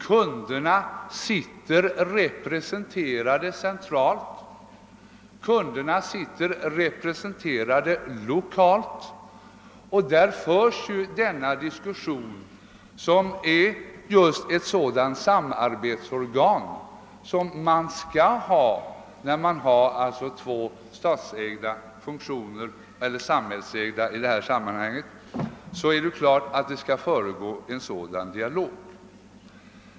Kunderna är representerade i centrala instanser och i lokala instanser, och där förs diskussioner och där äger rum ett sådant samarbete som bör finnas mellan två samhällsägda funktioner — det är klart att det bör förekomma en dialog.